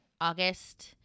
August